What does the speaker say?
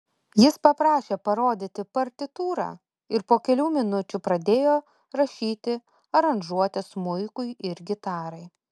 jis paprašė parodyti partitūrą ir po kelių minučių pradėjo rašyti aranžuotes smuikui ir gitarai